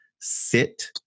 Sit